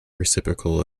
reciprocal